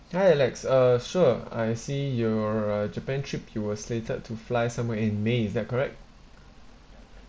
hi alex uh sure I see your uh japan trip you were slated to fly somewhere in may is that correct